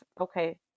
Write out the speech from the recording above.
okay